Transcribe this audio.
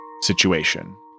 situation